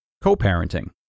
co-parenting